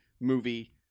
movie